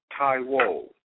Taiwo